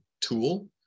tool